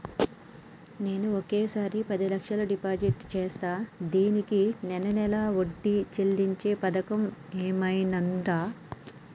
నేను ఒకేసారి పది లక్షలు డిపాజిట్ చేస్తా దీనికి నెల నెల వడ్డీ చెల్లించే పథకం ఏమైనుందా?